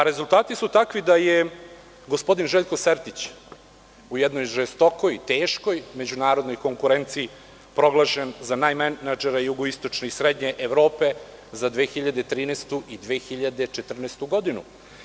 Rezultati su takvi da je gospodin Željko Sertić u jednoj žestokoj i teškoj međunarodnoj konkurenciji proglašen za najmenadžera jugoistočne i srednje Evrope za 2013. i 2014. godinu.